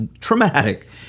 traumatic